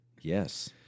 Yes